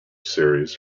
series